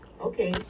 Okay